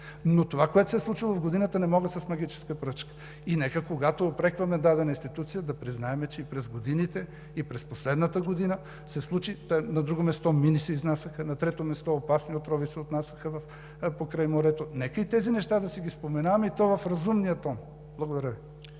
Но това, което се е случвало в годините, не мога с магическа пръчка. Нека, когато упрекваме дадена институция, да признаем, че и през годините, и през последната година се случва – на друго място мини се изнасяха, на трето място опасни отрови се отнасяха покрай морето. Нека и тези неща да си ги споменаваме, и то в разумния тон. Благодаря Ви.